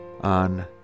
on